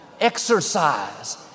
Exercise